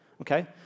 Okay